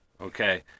okay